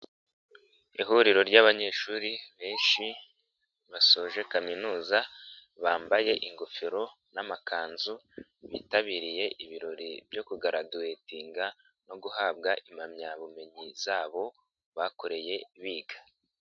Ihuriro ry'abanyeshuri benshi basoje kaminuza, bambaye ingofero n'amakanzu, bitabiriye ibirori byo kugaraduwetinga no guhabwa impamyabumenyi zabo bakoreye biga.